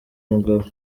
mugabo